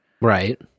Right